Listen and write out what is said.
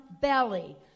belly